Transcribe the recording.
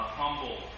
humble